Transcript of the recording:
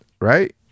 right